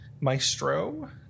maestro